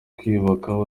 kwiyubaka